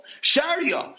Sharia